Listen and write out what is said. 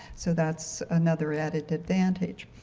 so, that's another added advantage.